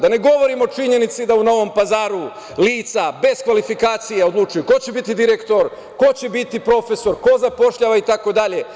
Da ne govorim o činjenici da u Novom Pazaru lica bez kvalifikacija odlučuju ko će biti direktor, ko će biti profesor, ko zapošljava itd.